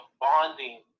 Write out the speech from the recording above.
bonding